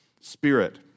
Spirit